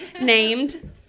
named